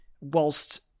whilst